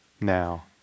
Now